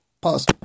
Pause